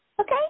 Okay